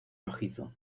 rojizo